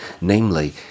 Namely